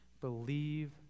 Believe